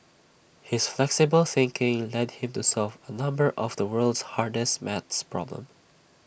his flexible thinking led him to solve A number of the world's hardest math problems